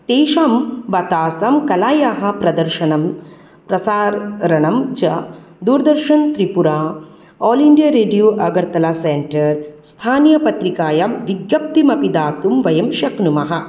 तेषां बतासं कलायाः प्रदर्शनं प्रसारणञ्च Doordarshan Tripura all India radio Agartala centre स्थानीय पत्रिकायां विज्ञप्तिम् अपि दातुं वयं शक्नुमः